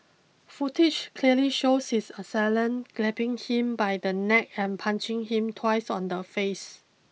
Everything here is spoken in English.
footage clearly shows his assailant grabbing him by the neck and punching him twice on the face